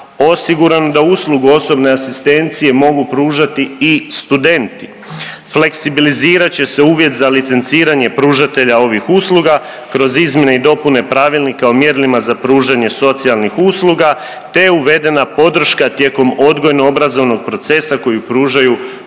osiguranu uslugu osobne asistencije mogu pružati i studenti, fleksibilizirat će se uvjet za licenciranje pružatelja ovih usluga kroz izmjene i dopune Pravilnika o mjerilima za pružanje socijalnih usluga te je uvedena podrška tijekom odgojno-obrazovnog procesa koju pružaju pomoćnik